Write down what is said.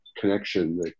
connection